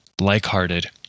like-hearted